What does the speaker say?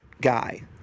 guy